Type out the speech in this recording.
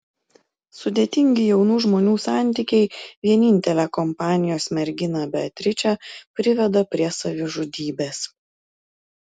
sudėtingi jaunų žmonių santykiai vienintelę kompanijos merginą beatričę priveda prie savižudybės